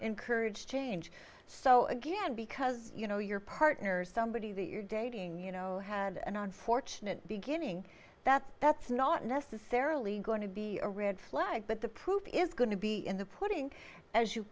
encourage change so again because you know your partner somebody that you're dating you know had an unfortunate beginning that that's not necessarily going to be a red flag but the proof is going to be in the pudding as you